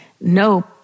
no